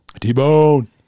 T-Bone